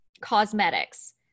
cosmetics